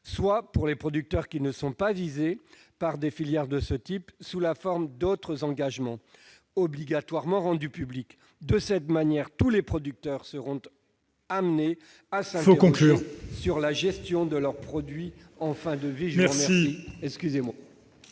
soit, pour les producteurs qui ne sont pas visés par les filières de ce type, sous la forme d'autres engagements obligatoirement rendus publics. Tous les producteurs seront ainsi amenés à s'interroger sur la gestion de leurs produits en fin de vie.